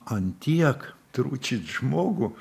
an tiek tručyt žmogų